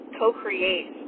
co-create